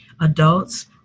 adults